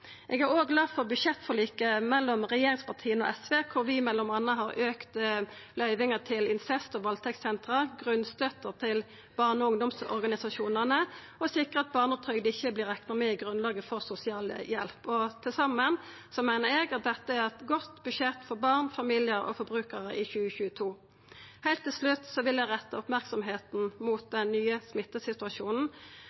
Eg er òg glad for budsjettforliket mellom regjeringspartia og SV, der vi m.a. har auka løyvinga til incest- og valdtektssentera, grunnstøtta til barne- og ungdomsorganisasjonane og sikra at barnetrygda ikkje vert rekna med i grunnlaget for sosialhjelp. Til saman meiner eg at dette er eit godt budsjett for barn, familiar og forbrukarar i 2022. Heilt til slutt vil eg retta merksemda mot